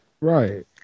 Right